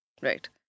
Right